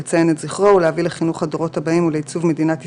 לציין את זכרו ולהביא לחינוך הדורות הבאים ולעיצוב מדינת ישראל,